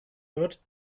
wird